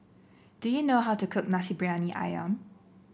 do you know how to cook Nasi Briyani ayam